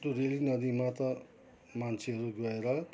त्यो रेली नदीमा त मान्छेहरू गएर